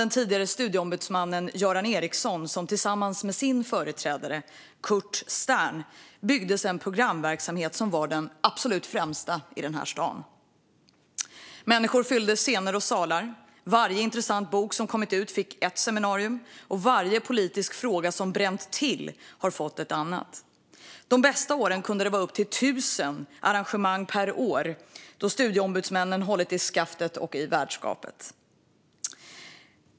Den tidigare studieombudsmannen Göran Eriksson byggde tillsammans med sin företrädare Kurt Stern en programverksamhet som var den absolut främsta i den här staden. Människor fyllde scener och salar. Varje intressant bok som kommit ut fick ett seminarium, liksom varje politisk fråga som bränt till. De bästa åren kunde det vara upp till 1 000 arrangemang per år där studieombudsmännen höll i skaftet och i värdskapet.